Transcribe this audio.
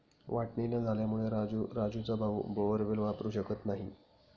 वाटणी न झाल्यामुळे राजू राजूचा भाऊ बोअरवेल वापरू शकत नाही